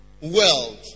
world